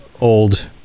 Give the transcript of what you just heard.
old